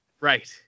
Right